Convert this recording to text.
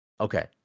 okay